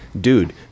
Dude